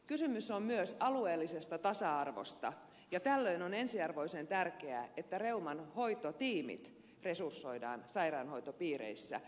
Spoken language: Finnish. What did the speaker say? kysymys on myös alueellisesta tasa arvosta ja tällöin on ensiarvoisen tärkeää että reuman hoitotiimit resursoidaan sairaanhoitopiireissä